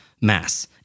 mass